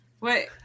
wait